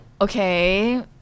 okay